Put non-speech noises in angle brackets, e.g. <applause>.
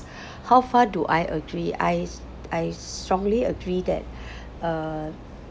<breath> how far do I agree I s~ I strongly agree that <breath> uh